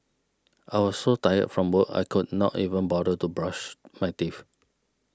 I was so tired from work I could not even bother to brush my teeth